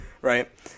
right